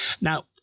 Now